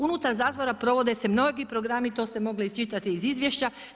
Unutar zatvora provode se mnogi programi, to ste mogli iščitati iz izvještaja.